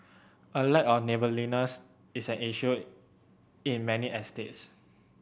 a lack of neighbourliness is an issue in many estates